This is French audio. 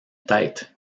tête